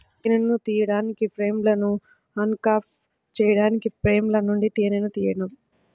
తేనెను కోయడానికి, ఫ్రేమ్లను అన్క్యాప్ చేయడానికి ఫ్రేమ్ల నుండి తేనెను తీయడం